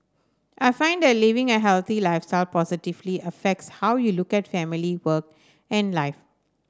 I find that living a healthy lifestyle positively affects how you look at family work and life